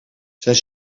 zijn